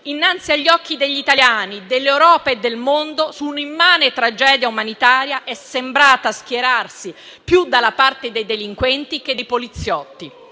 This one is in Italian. innanzi agli occhi degli italiani, dell'Europa e del mondo, su un'immane tragedia umanitaria è sembrata schierarsi più dalla parte dei delinquenti che dei poliziotti.